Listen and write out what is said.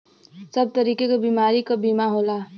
सब तरीके क बीमारी क बीमा होला